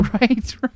Right